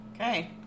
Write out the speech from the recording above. Okay